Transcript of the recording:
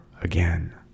again